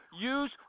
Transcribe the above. use